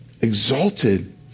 Exalted